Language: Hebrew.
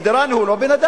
כי דיראני הוא לא בן-אדם,